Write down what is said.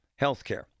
healthcare